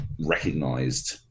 recognized